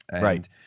right